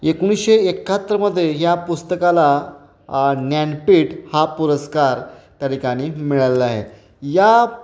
एकोणीशे एकाहत्तरमध्ये या पुस्तकाला ज्ञानपीठ हा पुरस्कार तरीकानी मिळालेला आहे या